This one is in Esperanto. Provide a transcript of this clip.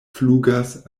flugas